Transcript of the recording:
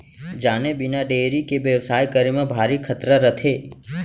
जाने बिना डेयरी के बेवसाय करे म भारी खतरा रथे